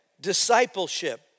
discipleship